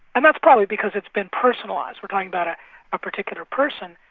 and that's probably because it's been personalised, we're talking about a particular person.